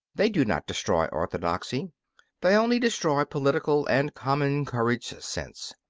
they do not destroy orthodoxy they only destroy political and common courage sense.